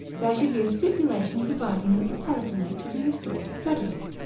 there should be a stipulation providing that the palatinate should be restored to frederic.